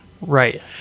Right